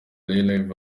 lehigh